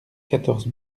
quatorze